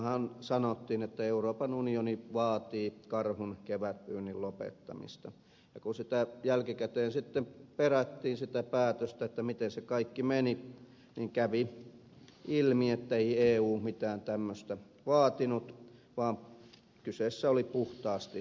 silloinhan sanottiin että euroopan unioni vaatii karhun kevätpyynnin lopettamista ja kun sitä päätöstä jälkikäteen perättiin miten se kaikki meni niin kävi ilmi ettei eu mitään tämmöistä vaatinut vaan kyseessä oli puhtaasti kansallinen ratkaisu